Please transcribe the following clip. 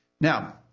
Now